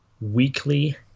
weekly